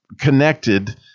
connected